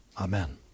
Amen